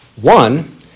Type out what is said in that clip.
One